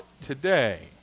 today